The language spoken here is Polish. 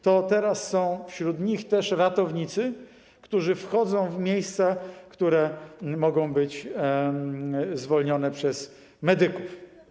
Teraz są wśród nich ratownicy, którzy wchodzą w miejsca, które mogą być zwolnione przez medyków.